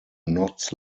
knots